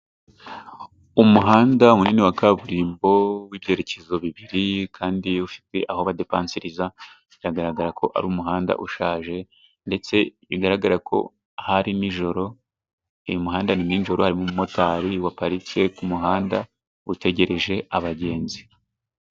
Umuhanda munini wa kaburimbo w'ibyerekezo bibiri, kandi ufite aho badepansiriza, biragaragara ko ari umuhanda ushaje, ndetse bigaragare ko hari nijoro. Uyu muhanda ni ninjoro harimo umumotari waparitse ku muhanda, utegereje abagenzi.